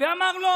ואמר לו: